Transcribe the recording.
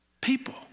People